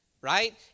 right